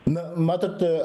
na matote